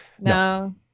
no